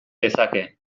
dezake